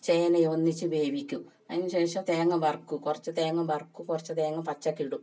ചേനയും ഒന്നിച്ച് വേവിക്കും അതിന് ശേഷം തേങ്ങ വറക്കും കുറച്ച് തേങ്ങ വറക്കും കുറച്ച് തേങ്ങ പച്ചക്ക് ഇടും